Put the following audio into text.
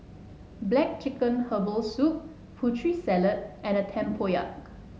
black chicken Herbal Soup Putri Salad and Tempoyak